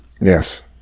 Yes